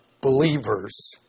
believers